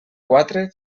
quatre